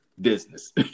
business